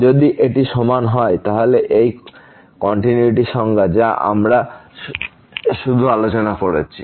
যদি এটি সমান হয় তাহলে এই কন্টিনিউইটির সংজ্ঞা যা আমরা শুধু আলোচনা করেছি